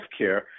healthcare